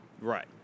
Right